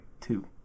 two